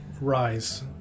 Rise